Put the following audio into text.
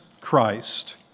Christ